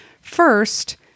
First